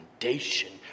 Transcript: foundation